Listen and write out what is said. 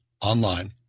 online